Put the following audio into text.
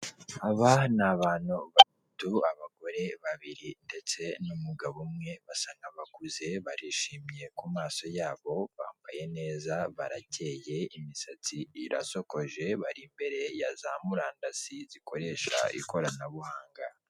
Aba ni abantu batatu, abagore babiri ndetse n'umugabo umwe basa nk'abakuze barishimye ku maso yabo bambaye neza barakeye imisatsi irasokoje, bari imbere ya za murandasi zikoresha ikoranabuhanga.